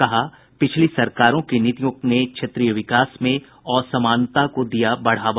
कहा पिछली सरकारों की नीतियों ने क्षेत्रीय विकास में असमानता को दिया बढ़ावा